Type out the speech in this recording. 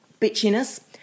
bitchiness